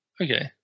Okay